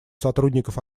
сотрудников